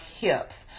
hips